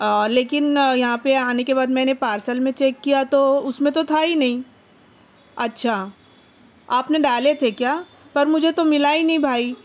لیکن یہاں پہ آنے کے بعد میں نے پارسل میں چیک کیا تو اس میں تو تھا ہی نہیں اچھا آپ نے ڈالے تھے کیا پر مجھے تو ملا ہی نہیں بھائی